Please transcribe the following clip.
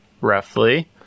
roughly